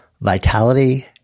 vitality